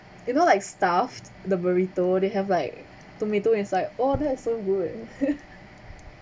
you know like stuffed the burrito they have like tomato inside oh that was so good